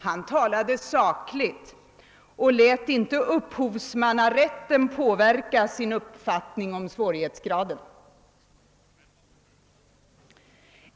Han talade sakligt och lät inte upphovsmannarätten påverka sin uppfattning om svårighetsgraden.